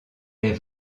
est